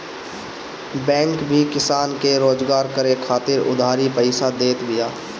bank भी किसान के रोजगार करे खातिर उधारी पईसा देत बिया